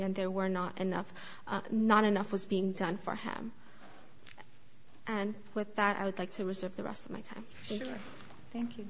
and there were not enough not enough was being done for him and with that i would like to reserve the rest of my time thank you